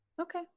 Okay